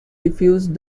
refused